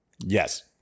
Yes